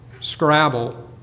Scrabble